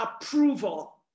approval